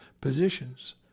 positions